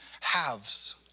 halves